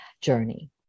journey